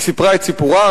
היא סיפרה את סיפורה,